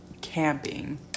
camping